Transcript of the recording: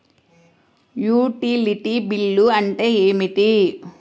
Utility bill అంటే ఏమిటి?